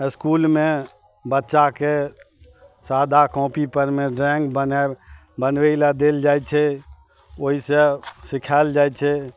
इसकुलमे बच्चाके सादा कॉपी परमे ड्रॉइंग बनबैलए देल जाइ छै ओहिसॅं सिखायल जाइ छै